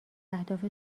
اهداف